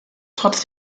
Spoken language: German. trotz